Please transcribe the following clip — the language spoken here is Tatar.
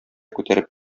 күтәреп